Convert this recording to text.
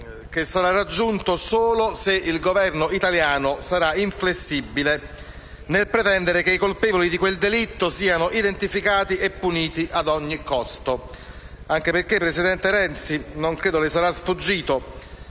che sarà raggiunto solo se il Governo italiano sarà inflessibile nel pretendere che i colpevoli di quel delitto siano identificati e puniti ad ogni costo. Anche perché, presidente Renzi, non credo le sarà sfuggito